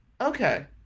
okay